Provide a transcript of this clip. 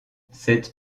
cette